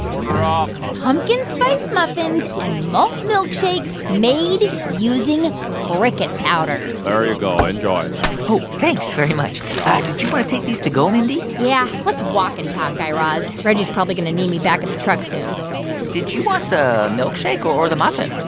order up. ah pumpkin spice muffins and malt milkshakes made using cricket powder ah there you go. enjoy oh, thanks very much. ah did you want to take these to go, mindy? yeah. let's walk and talk, guy raz. reggie's probably going to need me back at the truck soon did you want the milkshake or or the muffin?